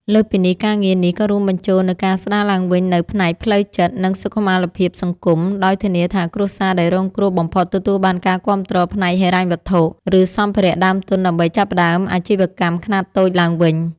លើសពីនេះ ការងារនេះក៏រួមបញ្ចូលនូវការស្តារឡើងវិញនូវផ្នែកផ្លូវចិត្ត និងសុខុមាលភាពសង្គម ដោយធានាថាគ្រួសារដែលរងគ្រោះបំផុតទទួលបានការគាំទ្រផ្នែកហិរញ្ញវត្ថុ ឬសម្ភារៈដើមទុនដើម្បីចាប់ផ្តើមអាជីវកម្មខ្នាតតូចឡើងវិញ។